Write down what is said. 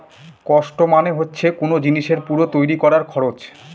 cost মানে হচ্ছে কোন জিনিসের পুরো তৈরী করার খরচ